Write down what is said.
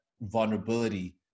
vulnerability